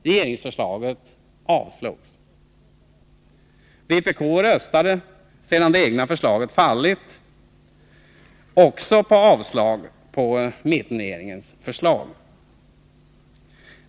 Regeringens förslag avslogs. Vpk röstade, sedan det egna förslaget fallit, också på avslag för mittenregeringens förslag.